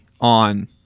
on